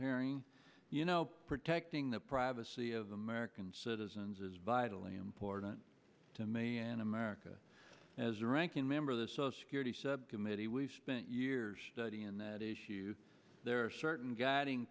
hearing you know protecting the privacy of american citizens is vitally important to me in america as a ranking member of the so security subcommittee we spent years studying in that issue there are certain guiding